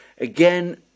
Again